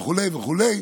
וכו' וכו'.